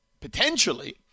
potentially